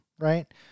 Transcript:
Right